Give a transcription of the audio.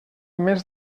més